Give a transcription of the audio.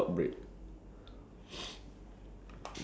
because probably it derives from the sandwich